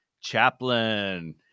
chaplain